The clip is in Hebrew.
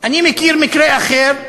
אני מכיר מקרה אחר,